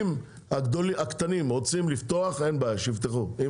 אם הקטנים רוצים לפתוח אין בעיה שיפתחו אם